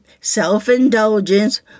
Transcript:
self-indulgence